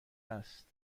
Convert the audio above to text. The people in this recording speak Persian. است